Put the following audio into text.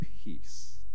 peace